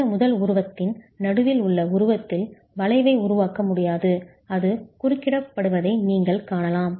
இந்த முதல் உருவத்தின் நடுவில் உள்ள உருவத்தில் வளைவை உருவாக்க முடியாது அது குறுக்கிடப்படுவதை நீங்கள் காணலாம்